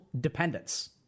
dependence